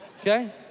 Okay